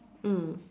mm